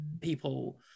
people